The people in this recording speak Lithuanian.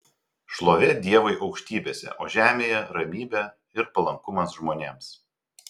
šlovė dievui aukštybėse o žemėje ramybė ir palankumas žmonėms